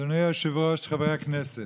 אדוני היושב-ראש, חברי הכנסת,